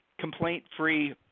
complaint-free –